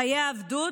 בחיי עבדות,